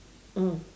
mm